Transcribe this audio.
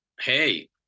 hey